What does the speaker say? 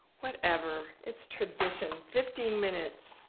whatever, its tradition, fifteen minutes.